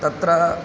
तत्र